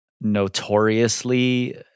notoriously